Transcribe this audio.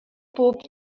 bob